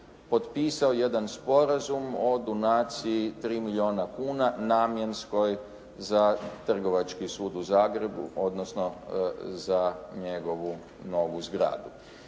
potpisao jedan sporazum o donaciji 3 milijuna kuna namjenskoj za Trgovački sud u Zagrebu odnosno za njegovu novu zgradu.